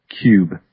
Cube